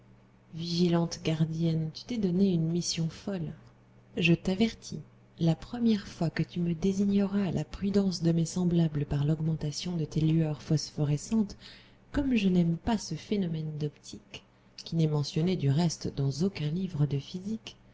vigilante gardienne tu t'es donné une mission folle je t'avertis la première fois que tu me désigneras à la prudence de mes semblables par l'augmentation de tes lueurs phosphorescentes comme je n'aime pas ce phénomène d'optique qui n'est mentionné du reste dans aucun livre de physique